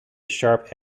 sharp